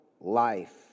life